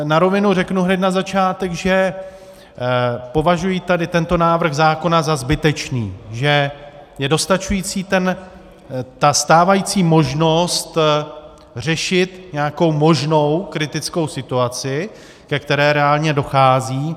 Na rovinu řeknu hned na začátek, že považuji tento návrh zákona za zbytečný, že je dostačující ta stávající možnost řešit nějakou možnou kritickou situaci, ke které reálně dochází.